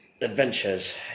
Adventures